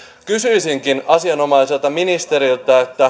kysyisinkin asianomaiselta ministeriltä